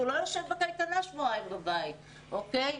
הוא לא יושב שבועיים בבית בקייטנה,